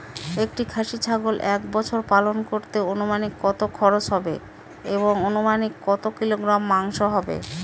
একটি খাসি ছাগল এক বছর পালন করতে অনুমানিক কত খরচ হবে এবং অনুমানিক কত কিলোগ্রাম মাংস হবে?